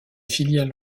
filiales